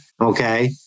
Okay